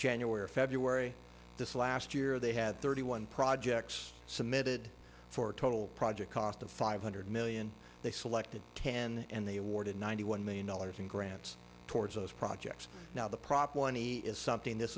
january or february this last year they had thirty one projects submitted for a total project cost of five hundred million they selected ten and they awarded ninety one million dollars in grants towards those projects now the prop one he is something this